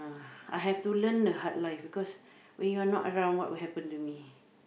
I have to learn a hard life because when you're not around what will happen to me